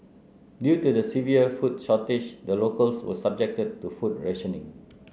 due to the severe food shortage the locals were subjected to food rationing